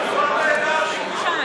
כולם רוצים.